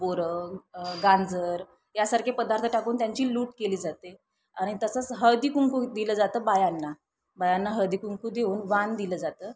बोरं गाजर यासारखे पदार्थ टाकून त्यांची लूट केली जाते आणि तसंच हळदी कुंकू दिलं जातं बायांना बायांना हळदी कुंकू देऊन वाण दिलं जातं